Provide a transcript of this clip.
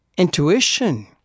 Intuition